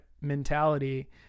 mentality